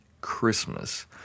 Christmas—